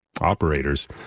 operators